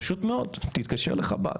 פשוט מאוד, תתקשר לחב"ד.